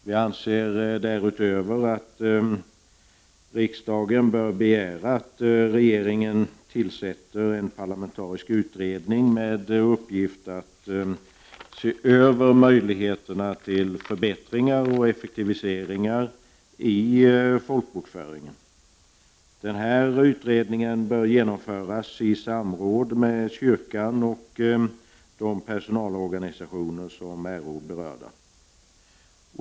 Vi anser därutöver att riksdagen bör begära att regeringen tillsätter en parlamentarisk utredning med uppgift att se över möjligheterna till förbättringar och effektiviseringar i folkbokföringen. Den här utredningen bör genomföras i samråd med kyrkan och de personalorganisationer som är berörda.